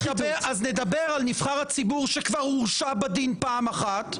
אם לא נשנה חוקי יסוד כדי שנוכל למנות את השר כבר בעת השבעת הממשלה?